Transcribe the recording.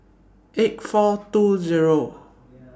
eight four two Zero